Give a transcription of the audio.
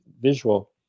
visual